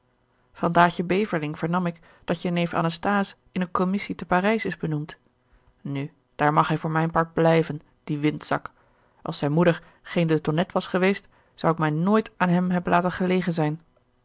van daatje beverling vernam ik dat je neef anasthase in eene commissie te parijs is benoemd nu daar mag hij voor mijn part blijven die windzak als zijn moeder geen de tonnette was geweest zou ik mij nooit aan hem hebben laten gelegen zijn